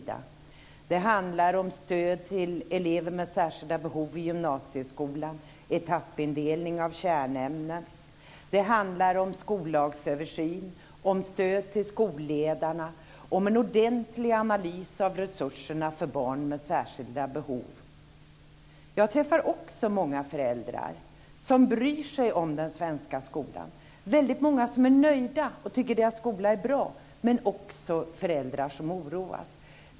Det handlar om stöd till elever med särskilda behov i gymnasieskolan och etappindelning av kärnämnen. Det handlar om skollagsöversyn, om stöd till skolledarna och om en ordentlig analys av resurserna för barn med särskilda behov. Jag träffar också många föräldrar som bryr sig om den svenska skolan. Det är väldigt många som är nöjda och tycker att deras skola är bra. Men det finns också föräldrar som oroas.